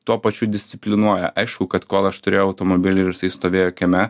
tuo pačiu disciplinuoja aišku kad kol aš turėjau automobilį ir jisai stovėjo kieme